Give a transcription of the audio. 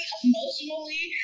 emotionally